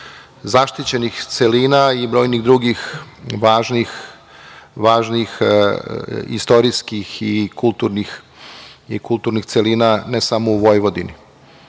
zaštićenih celina i brojnih drugih važnih istorijskih i kulturnih celina ne samo u Vojvodini. Ono